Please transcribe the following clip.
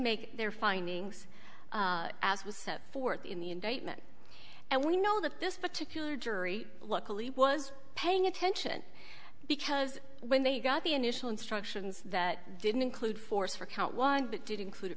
make their findings as was set forth in the indictment and we know that this particular jury luckily was paying attention because when they got the initial instructions that didn't include force for count one but did include it